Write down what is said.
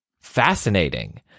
fascinating